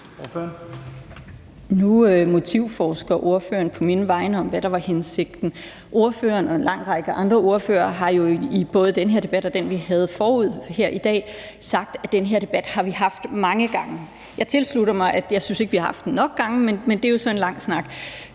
Nu motivforsker ordføreren på mine vegne, i forhold til hvad der var hensigten. Ordføreren og en lang række andre ordførere har jo i både den her debat og den debat, vi havde forud for i dag, sagt, at den her debat har vi haft mange gange. Jeg tilslutter mig, at vi ikke har haft den nok gange, men det er jo så en lang snak.